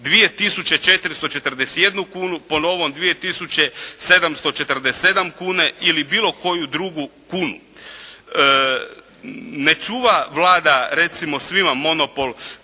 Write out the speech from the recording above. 2441 kunu, po novom 2747 kuna ili bilo koju drugu kunu. Ne čuva Vlada recimo svima monopol